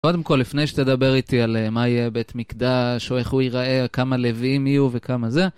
קודם כל, לפני שתדבר איתי על מה יהיה בית מקדש, או איך הוא ייראה, כמה לויים יהיו וכמה זה,